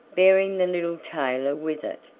bearing the little tailor with it.